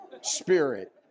spirit